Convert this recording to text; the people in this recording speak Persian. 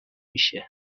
میشه